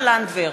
סופה לנדבר,